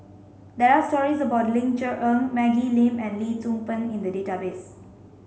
there are stories about Ling Cher Eng Maggie Lim and Lee Tzu Pheng in the database